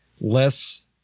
less